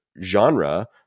genre